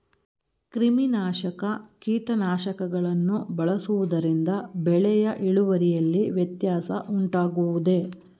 ಕ್ರಿಮಿನಾಶಕ ಕೀಟನಾಶಕಗಳನ್ನು ಬಳಸುವುದರಿಂದ ಬೆಳೆಯ ಇಳುವರಿಯಲ್ಲಿ ವ್ಯತ್ಯಾಸ ಉಂಟಾಗುವುದೇ?